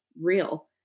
real